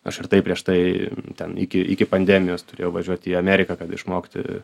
aš ir tai prieš tai ten iki iki pandemijos turėjau važiuot į ameriką kad išmokti